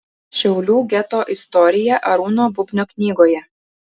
šiaulių geto istorija arūno bubnio knygoje